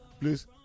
please